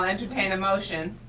um entertain a motion.